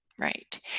Right